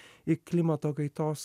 į klimato kaitos